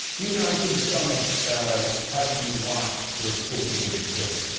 even i couldn't stomach ah having you watch those poor people get killed.